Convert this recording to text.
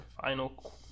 final